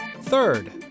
Third